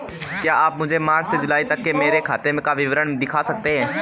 क्या आप मुझे मार्च से जूलाई तक की मेरे खाता का विवरण दिखा सकते हैं?